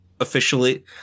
Officially